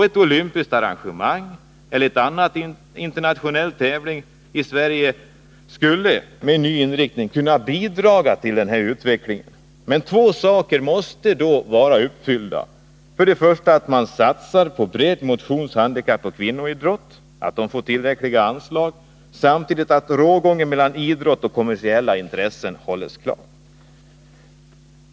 Ett olympiskt arrangemang eller en annan internationell tävling i Sverige skulle med en ny inriktning kunna bidra till denna utveckling. Två villkor måste då vara uppfyllda. Först och främst måste en satsning ske med tillräckliga anslag för bredd-, motions-, handikappoch kvinnoidrott. Samtidigt måste rågången mellan idrott och kommersiella intressen hållas klar.